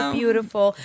beautiful